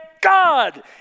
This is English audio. God